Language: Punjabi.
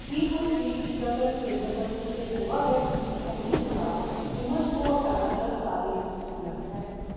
ਕੀ ਕੋਈ ਫ੍ਰੀ ਟੀਕਾਕਰਨ ਕੇਂਦਰ ਹਨ ਜਿੱਥੇ ਕੋਵਾਵੈਕਸ ਦੀ ਪਹਿਲੀ ਖੁਰਾਕ ਉਮਰ ਸਮੂਹ ਅਠਾਰ੍ਹਾਂ ਪਲੱਸ ਸਾਲ ਲਈ ਉਪਲਬਧ ਹੈ